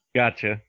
gotcha